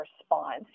response